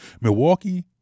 Milwaukee